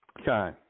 Okay